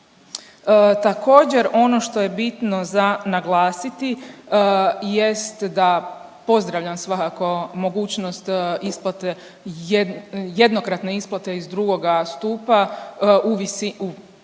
Također, ono što je bitno za naglasiti jest da pozdravljam, svakako mogućnost isplate, jednokratne isplate iz drugoga stupa u